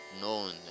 known